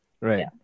Right